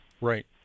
right